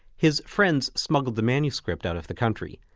his friends smuggled the manuscript out of the country.